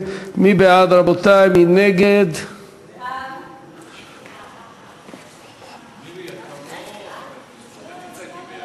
ביום רביעי הקרוב יתקיים אצלך דיון